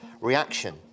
Reaction